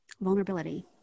Vulnerability